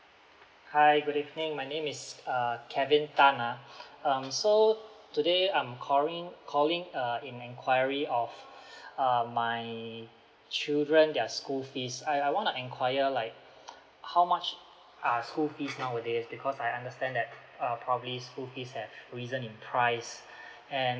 hi good evening my name is err kevin tan ah um so today I'm calling calling uh in enquiry of err my children their school fees I I wanna inquire like how much are school fees nowadays because I understand that uh probably school fees have risen in price and